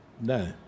No